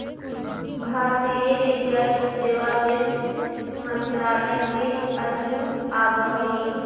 भारतीय राजस्व सेवा वित्त मंत्रालय के अधीन आवऽ हइ